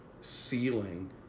ceiling